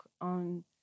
on